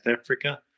Africa